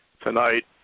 Tonight